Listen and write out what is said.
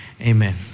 Amen